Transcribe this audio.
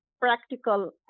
practical